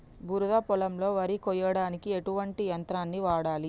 బురద పొలంలో వరి కొయ్యడానికి ఎటువంటి యంత్రాన్ని వాడాలి?